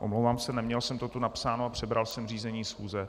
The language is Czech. Omlouvám se, neměl jsem to tu napsáno a přebral jsem řízení schůze.